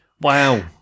Wow